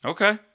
Okay